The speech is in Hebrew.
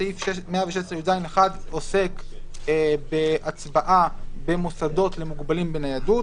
סעיף 116יז1 עוסק בהצבעה במוסדות למוגבלים בניידות.